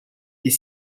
est